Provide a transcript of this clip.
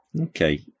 Okay